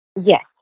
Yes